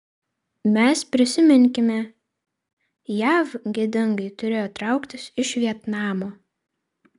mes prisiminkime jav gėdingai turėjo trauktis iš vietnamo